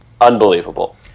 unbelievable